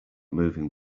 moving